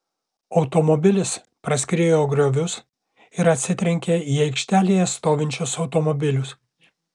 automobilis praskriejo griovius ir atsitrenkė į aikštelėje stovinčius automobilius